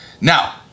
Now